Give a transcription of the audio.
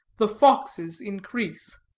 the foxes increase.